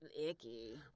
icky